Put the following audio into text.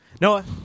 Noah